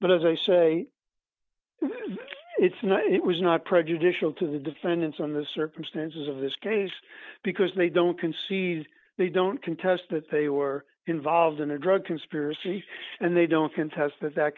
but as i say it's not it was not prejudicial to the defendants on the circumstances of this case because they don't concede they don't contest that they were involved in a drug conspiracy and they don't confess that that